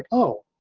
ah oh,